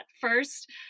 first